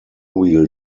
wheel